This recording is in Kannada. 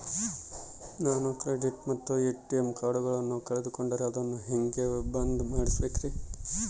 ನಾನು ಕ್ರೆಡಿಟ್ ಮತ್ತ ಎ.ಟಿ.ಎಂ ಕಾರ್ಡಗಳನ್ನು ಕಳಕೊಂಡರೆ ಅದನ್ನು ಹೆಂಗೆ ಬಂದ್ ಮಾಡಿಸಬೇಕ್ರಿ?